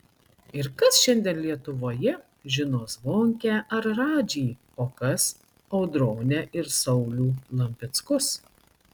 ir kas šiandien lietuvoje žino zvonkę ar radžį o kas audronę ir saulių lampickus